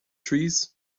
trees